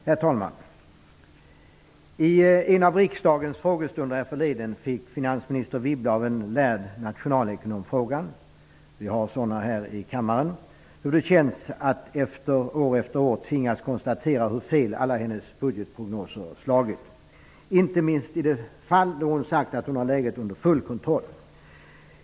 Herr talman! I en av riksdagens frågestunder härförleden fick finansminister Wibble av en lärd nationalekonom -- vi har sådana här i kammaren -- frågan hur det känns att år efter år tvingas konstatera hur fel alla hennes budgetprognoser har slagit. Inte minst gäller det i de fall då hon sagt att hon har läget under full kontroll.